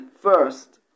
first